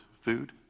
food